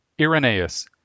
Irenaeus